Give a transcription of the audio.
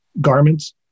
garments